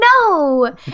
No